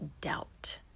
doubt